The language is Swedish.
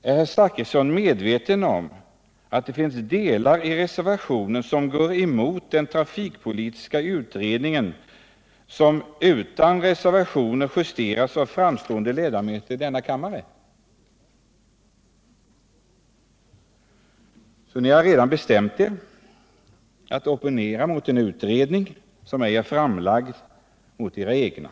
Är herr Zachrisson medveten om att det finns delar i reservationen som går emot den trafikpolitiska utredningen, som utan reservationer justerats av framstående ledamöter i denna kammare? Så ni har redan bestämt er för att opponera mot en utredning som ej är framlagd, och mot era egna?